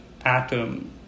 atom